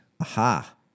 Aha